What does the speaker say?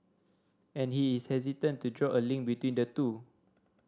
and he is hesitant to draw a link between the two